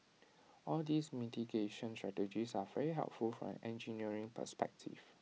all these mitigation strategies are very helpful from an engineering perspective